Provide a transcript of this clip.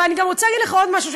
ואני גם רוצה להגיד לך עוד משהו,